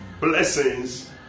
blessings